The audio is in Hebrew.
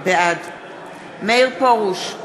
בעד מאיר פרוש,